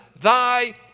thy